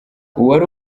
uwari